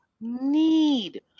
need